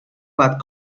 that